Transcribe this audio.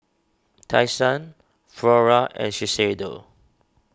Tai Sun Flora and Shiseido